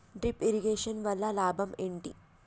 Drip irrigation వల్ల లాభం ఏంటి?